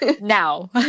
now